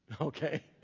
Okay